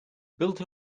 built